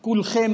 כולכם,